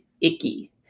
icky